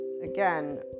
again